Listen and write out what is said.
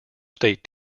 state